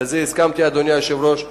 לזה הסכמתי, אדוני היושב-ראש.